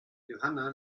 johanna